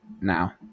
now